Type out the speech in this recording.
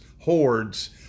hordes